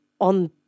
on